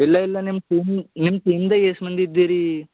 ಇಲ್ಲ ಇಲ್ಲ ನಿಮ್ಮ ಟೀಮೂ ನಿಮ್ಮ ಟೀಮ್ದಾಗ್ ಎಸ್ ಮಂದಿ ಇದ್ದೀರೀ